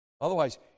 Otherwise